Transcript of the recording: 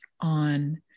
on